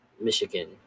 Michigan